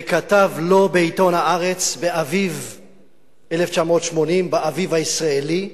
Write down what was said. וכתב לו בעיתון "הארץ" באביב 1980, באביב הישראלי: